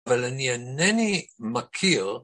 אבל אני אינני מכיר